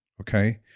okay